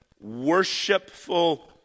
worshipful